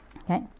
Okay